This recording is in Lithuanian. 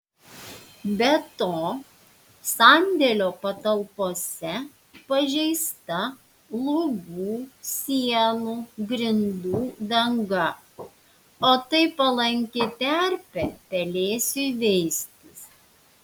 be to sandėlio patalpose pažeista lubų sienų grindų danga o tai palanki terpė pelėsiui veistis